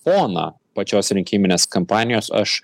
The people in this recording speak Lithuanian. foną pačios rinkiminės kampanijos aš